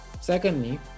secondly